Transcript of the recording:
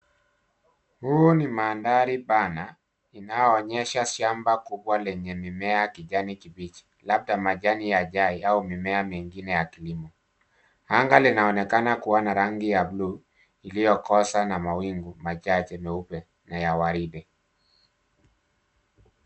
Huu ni maandari pana inaoonyesha shamba kubwa enye mimea kijani kibichi labda majani ya chai au mimea mengine ya kilimo. Anga linaonekana kuwa na rangi ya bluu ilio kosa na mawingu machache meupe na ya waridi.